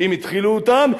אם התחילו אותם,